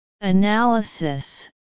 analysis